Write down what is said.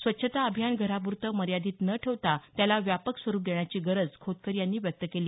स्वच्छता अभियान घराप्रतं मर्यादीत न ठेवता त्याला व्यापक स्वरुप देण्याची गरज खोतकर यांनी व्यक्त केली